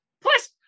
Plus